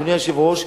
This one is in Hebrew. אדוני היושב-ראש,